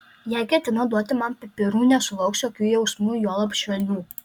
jei ketina duoti man pipirų nesulauks jokių jausmų juolab švelnių